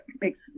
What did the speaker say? makes